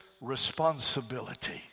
responsibility